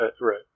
Right